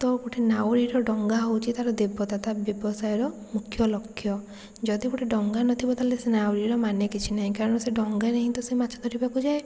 ତ ଗୋଟେ ନାଉରିର ଡଙ୍ଗା ହୋଉଛି ତା'ର ଦେବତା ତା' ବ୍ୟବସାୟର ମୁଖ୍ୟ ଲକ୍ଷ ଯଦି ଗୋଟେ ଡଙ୍ଗା ନଥିବ ତାହେଲେ ସେ ନାଉରୀର ମାନେ କିଛି ନାହିଁ କାରଣ ସେ ଡଙ୍ଗାରେ ହିଁ ତ ସେ ମାଛ ଧରିବାକୁ ଯାଏ